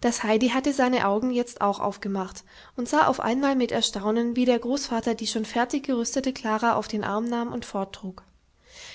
das heidi hatte seine augen jetzt auch aufgemacht und sah auf einmal mit erstaunen wie der großvater die schon fertig gerüstete klara auf den arm nahm und forttrug